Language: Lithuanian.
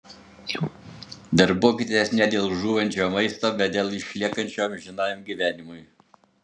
darbuokitės ne dėl žūvančio maisto bet dėl išliekančio amžinajam gyvenimui